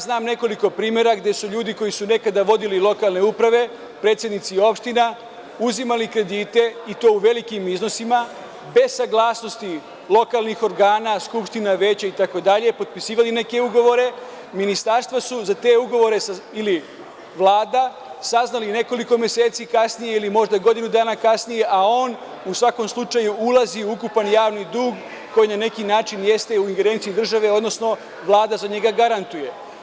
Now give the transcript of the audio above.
Znam nekoliko primera gde su ljudi koji su nekada vodili lokalne uprave, predsednici opština, uzimali kredite i to u velikim iznosima, bez saglasnosti lokalnih organa, skupština, veća, itd, potpisivali neke ugovore, ministarstva za te ugovore ili Vlada saznali nekoliko meseci kasnije ili možda godinu dana kasnije, a on u svakom slučaju ulazi u ukupan javni dug koji na neki način jeste u ingerenciji države, odnosno Vlada za njega garantuje.